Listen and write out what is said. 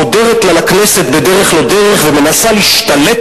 חודרת לה לכנסת בדרך-לא-דרך ומנסה להשתלט